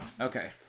Okay